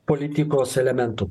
politikos elementų